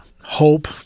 hope